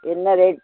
என்ன ரேட்